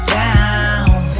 down